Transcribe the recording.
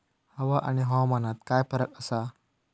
हवा आणि हवामानात काय फरक असा?